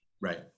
Right